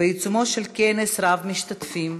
בעיצומו של כנס רב-משתתפים,